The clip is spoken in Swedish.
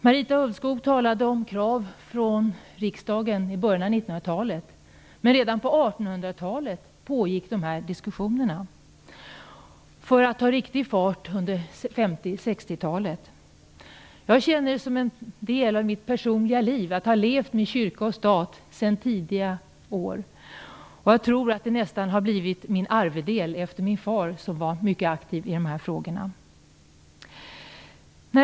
Marita Ulvskog talade om krav från riksdagen i början av 1900-talet. Men diskussionerna pågick redan på 1800-talet för att ta riktig fart under 1950 och 1960-talet. Det är en del av mitt privata liv att ha levt med kyrka och stat under tidiga år. Jag tror nästan att det har blivit min arvedel efter min far, som var mycket aktiv i dessa frågor.